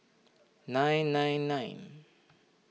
nine nine nine